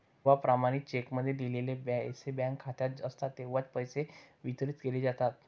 जेव्हा प्रमाणित चेकमध्ये लिहिलेले पैसे बँक खात्यात असतात तेव्हाच पैसे वितरित केले जातात